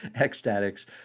Ecstatics